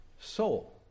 soul